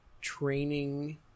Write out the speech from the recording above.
training